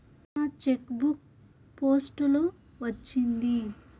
నా cheque book post లో వచ్చింది